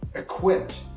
equipped